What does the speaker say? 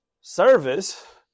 service